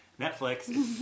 Netflix